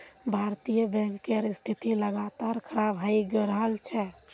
भारतीय बैंकेर स्थिति लगातार खराब हये रहल छे